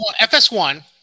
FS1